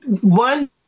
one